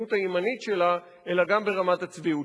הימנית שלה אלא גם ברמת הצביעות שלה.